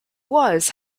was